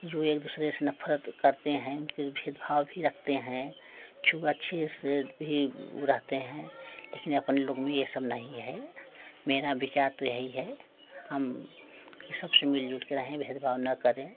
जो एक दूसरे से नफरत करते हैं उनके भेदभाव भी रखते हैं छुआ छूत से भी वो रहते हैं लेकिन अपने लोग में भी ये सब नहीं है मेरा विचार तो यही है हम ये सब मिलजुल के रहें भेदभाव ना करें